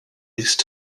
least